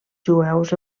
jueus